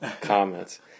comments